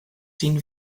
sin